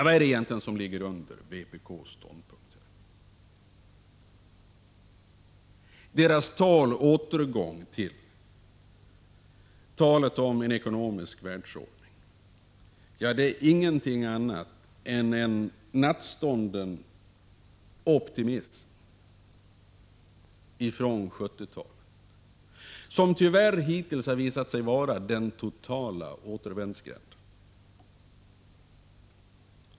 Vad är det egentligen som ligger under vpk:s ståndpunkt här? Talet om en ny ekonomisk världsordning är ingenting annat än en nattstånden optimism från 1970-talet, som tyvärr hittills har visat sig vara den totala återvändsgränden.